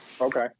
Okay